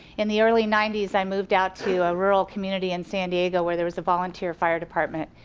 in the early ninety s i moved out to a rural community in san diego where there was a volunteer fire department,